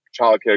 childcare